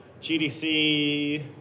GDC